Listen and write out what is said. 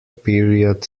period